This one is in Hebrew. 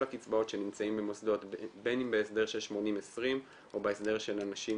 הקצבאות שנמצאים במוסדות בין אם בהסדר של 80/20 או בהסדר של נשים